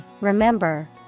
remember